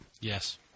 Yes